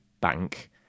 bank